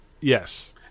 Yes